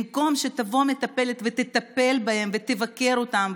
במקום שתבוא מטפלת ותטפל בהם, תבקר אותם,